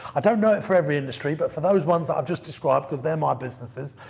i don't know it for every industry, but for those ones that i've just described, because they're my businesses,